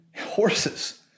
horses